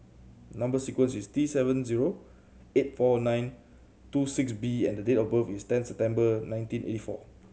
number sequence is T seven zero eight four nine two six B and the date of birth is ten September nineteen eighty four